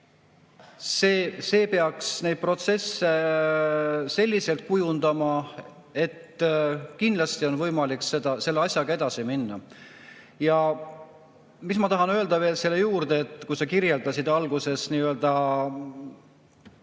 see peaks neid protsesse selliselt kujundama, et kindlasti on võimalik selle asjaga edasi minna. Ja mis ma tahan veel selle juurde öelda. Sa kirjeldasid alguses seda